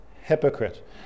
hypocrite